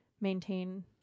maintain